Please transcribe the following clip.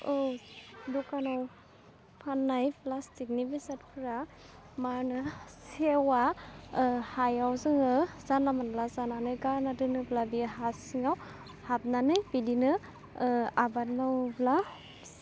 औ दखानाव फाननाय प्लाष्टिकनि बेसादफ्रा मा होनो सेवा हायाव जोङो जानला मोनला जानानै गारना दोनोब्ला बे हा सिङाव हाबनानै बिदिनो आबाद मावोब्ला